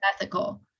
ethical